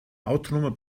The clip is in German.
autonomer